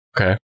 okay